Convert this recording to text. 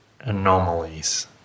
anomalies